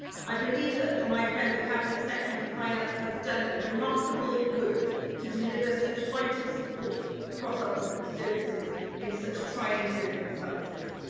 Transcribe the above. i believe that my friend, the cabinet secretary for finance, has done remarkable work to deliver such vital support across our public services in such trying circumstances.